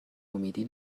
امیدی